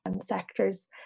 sectors